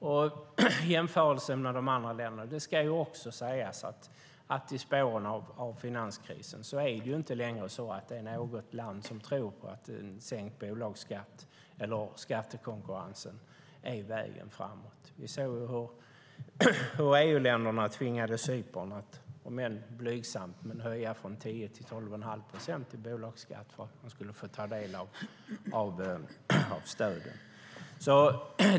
När det gäller jämförelsen med andra länder ska det också sägas att i spåren av finanskrisen är det inte längre så att det finns något land som tror på att sänkt bolagsskatt eller skattekonkurrens är vägen framåt. Vi såg hur EU-länderna tvingade Cypern att, om än blygsamt, höja från 10 procent till 12,5 procent i bolagsskatt för att de skulle få ta del av stödet.